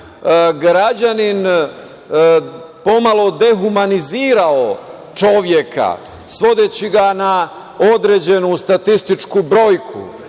građanin pomalo dehumanizirao čoveka, svodeći ga na određenu statističku brojku. Pojam